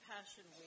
Passion